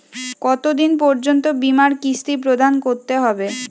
কতো দিন পর্যন্ত বিমার কিস্তি প্রদান করতে হবে?